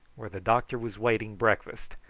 where the doctor was waiting breakfast,